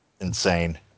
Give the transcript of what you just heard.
insane